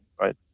right